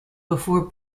before